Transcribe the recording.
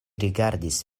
rigardis